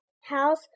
house